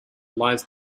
lies